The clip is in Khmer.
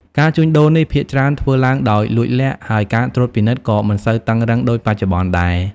ការជួញដូរនេះភាគច្រើនធ្វើឡើងដោយលួចលាក់ ហើយការត្រួតពិនិត្យក៏មិនសូវតឹងរ៉ឹងដូចបច្ចុប្បន្នដែរ។